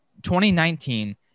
2019